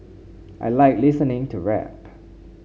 I like listening to rap